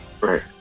right